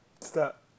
stop